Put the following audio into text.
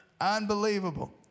Unbelievable